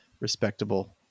respectable